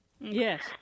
Yes